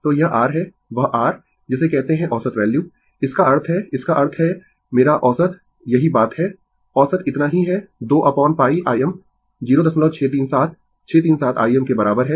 तो यह r है वह r जिसे कहते है औसत वैल्यू इसका अर्थ है इसका अर्थ है मेरा औसत यही बात है औसत इतना ही है 2 अपोन π Im 0637 637 Im के बराबर है